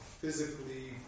physically